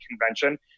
convention